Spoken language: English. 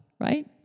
right